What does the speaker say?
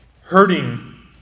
hurting